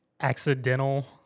accidental